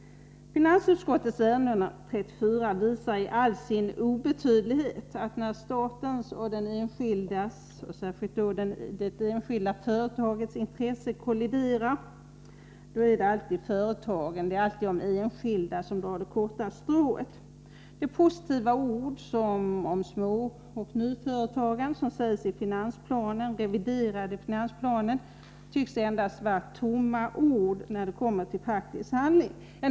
Finansutskottets betänkande 34 visar i all sin obetydlighet att när statens och den enskildes — särskilt det enskilda företagets — intressen kolliderar, är det alltid företagen och de enskilda som drar det kortaste strået. De positiva ord om småoch nyföretagande som återfinns i den reviderade finansplanen tycks endast vara tomma ord, när det kommer till praktisk handling.